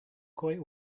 quite